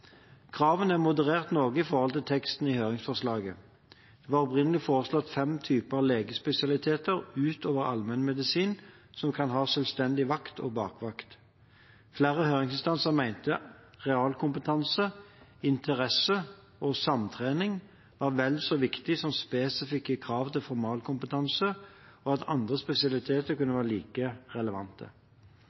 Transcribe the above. Kravene er moderert noe i forhold til teksten i høringsforslaget. Det var opprinnelig foreslått fem typer legespesialiteter utover allmennmedisin, som kan ha selvstendig vakt og bakvakt. Flere høringsinstanser mente realkompetanse, interesse og samtrening var vel så viktig som spesifikke krav til formalkompetanse, og at andre spesialiteter kunne være like relevante.